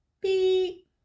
beep